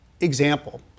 example